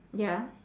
ya